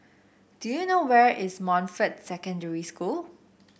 do you know where is Montfort Secondary School